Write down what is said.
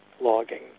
logging